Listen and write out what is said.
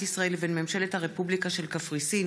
ישראל לבין ממשלת הרפובליקה של קפריסין